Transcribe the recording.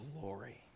glory